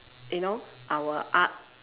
you know our art